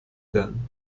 werden